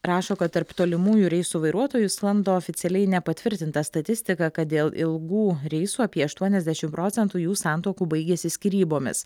rašo kad tarp tolimųjų reisų vairuotojų sklando oficialiai nepatvirtinta statistika kad dėl ilgų reisų apie aštuoniasdešimt procentų jų santuokų baigiasi skyrybomis